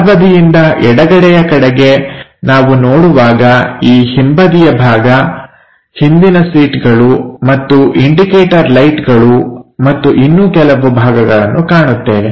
ಬಲಬದಿಯಿಂದ ಎಡಗಡೆಯ ಕಡೆಗೆ ನಾವು ನೋಡುವಾಗ ಈ ಹಿಂಬದಿಯ ಭಾಗ ಹಿಂದಿನ ಸೀಟುಗಳು ಮತ್ತು ಇಂಡಿಕೇಟರ್ ಲೈಟ್ಗಳು ಮತ್ತು ಇನ್ನೂ ಕೆಲವು ಭಾಗಗಳನ್ನು ಕಾಣುತ್ತೇವೆ